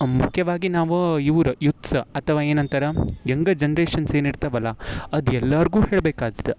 ಮುಖ್ಯವಾಗಿ ನಾವು ಇವ್ರು ಯೂತ್ಸ ಅಥವಾ ಏನು ಅಂತಾರೆ ಯಂಗ ಜನ್ರೇಷನ್ಸ್ ಏನು ಇರ್ತಾವಲ್ಲ ಅದು ಎಲ್ಲರಿಗೂ ಹೇಳ್ಬೇಕಾತ್ತ